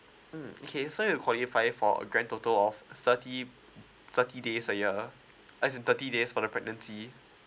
mm okay so you're qualify for a grant total of thirty thirty days a year as in thirty days for the pregnancy